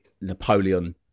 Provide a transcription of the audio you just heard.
Napoleon